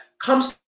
comes